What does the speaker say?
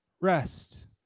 Rest